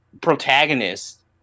protagonist